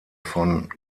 von